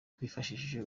twifashishije